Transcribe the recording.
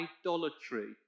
idolatry